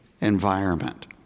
environment